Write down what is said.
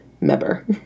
Member